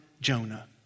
Jonah